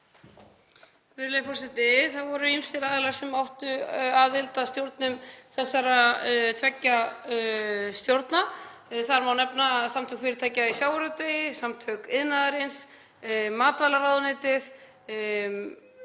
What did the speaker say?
Virðulegi forseti. Það voru ýmsir aðilar sem áttu aðild að stjórnum þessara tveggja stjórna. Þar má nefna Samtök fyrirtækja í sjávarútvegi, Samtök iðnaðarins, matvælaráðuneytið,